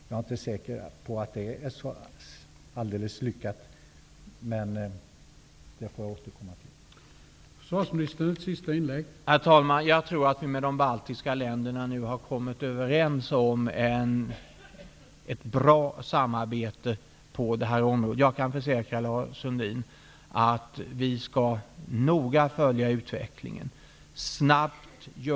Jag är inte säker på att det är så alldeles lyckat, men det får jag återkomma till.